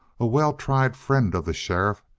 a well-tried friend of the sheriff,